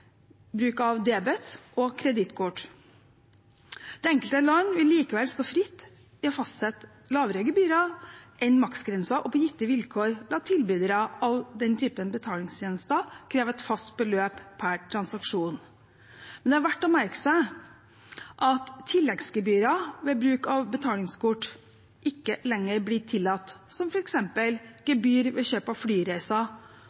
enkelte land vil likevel stå fritt til å fastsette lavere gebyrer enn maksgrensen og på gitte vilkår la tilbydere av den typen betalingstjenester kreve et fast beløp per transaksjon. Men det er verd å merke seg at tilleggsgebyrer ved bruk av betalingskort ikke lenger blir tillatt, som